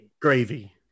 gravy